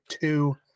two